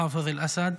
חאפז אל-אסד.